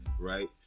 Right